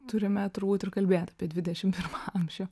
turime turbūt ir kalbėt apie dvidešim pirmą amžių